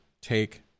take